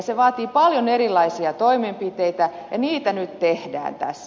se vaatii paljon erilaisia toimenpiteitä ja niitä nyt tehdään tässä